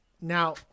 now